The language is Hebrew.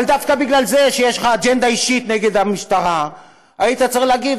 אבל דווקא בגלל זה שיש לך אג'נדה אישית נגד המשטרה היית צריך להגיד,